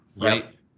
right